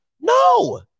no